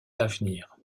l’avenir